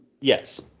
Yes